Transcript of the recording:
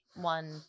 one